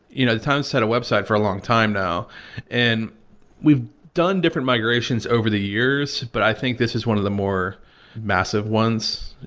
you know, the times had a website for a long time now and we've done different migrations over the years but i think this is one of the more massive ones,